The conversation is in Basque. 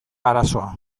arazoa